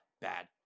bad